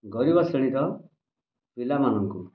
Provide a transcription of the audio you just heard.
ଗରିବ ଶ୍ରେଣୀର ପିଲାମାନଙ୍କୁ